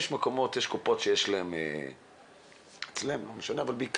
הוא מרים